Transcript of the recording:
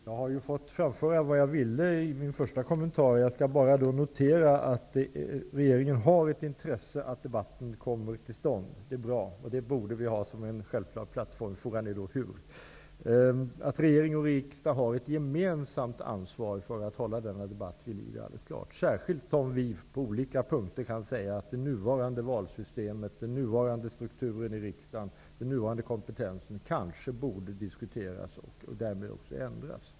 Herr talman! Jag har i min första kommentar fått framföra vad jag ville. Jag vill bara notera att regeringen har ett intresse av att debatten kommer till stånd. Det är bra och det borde vi ha som en självklar plattform. Frågan är då hur? Att regering och riksdag har ett gemensamt ansvar för att hålla denna debatt vid liv är alldeles klart, särskilt som vi på olika punkter kan säga att det nuvarande valsystemet, den nuvarande strukturen i riksdagen och den nuvarande kompetensen kanske borde diskuteras och därmed också ändras.